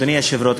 אדוני היושב-ראש,